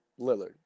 Lillard